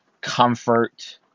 comfort